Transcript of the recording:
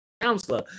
counselor